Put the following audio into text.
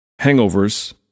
hangovers